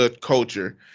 culture